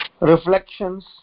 reflections